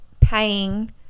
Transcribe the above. paying